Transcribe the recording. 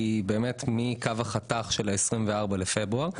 היא באמת מקו החתך של ה-24 לפברואר.